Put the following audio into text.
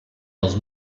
dels